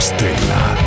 Stella